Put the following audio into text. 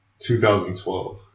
2012